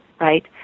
right